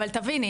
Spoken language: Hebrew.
אבל תביני,